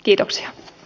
kiitoksia